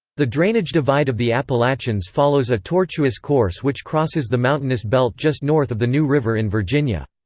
the drainage divide of the appalachians follows a tortuous course which crosses the mountainous belt just north of the new river in virginia.